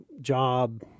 Job